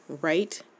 right